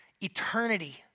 Eternity